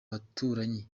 baturanyi